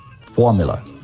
formula